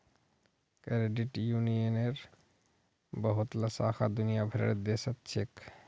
credit यूनियनेर बहुतला शाखा दुनिया भरेर देशत छेक